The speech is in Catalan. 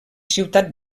ciutat